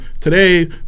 today